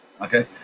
Okay